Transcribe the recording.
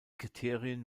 kriterien